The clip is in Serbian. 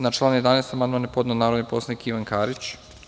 Na član 11. amandman je podneo narodni poslanik Ivan Karić.